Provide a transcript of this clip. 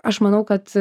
aš manau kad